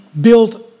built